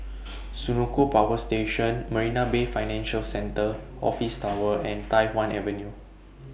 Senoko Power Station Marina Bay Financial Centre Office Tower and Tai Hwan Avenue